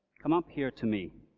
come up here to me,